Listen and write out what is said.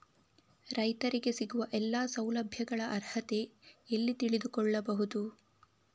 ರೈತರಿಗೆ ಸಿಗುವ ಎಲ್ಲಾ ಸೌಲಭ್ಯಗಳ ಅರ್ಹತೆ ಎಲ್ಲಿ ತಿಳಿದುಕೊಳ್ಳಬಹುದು?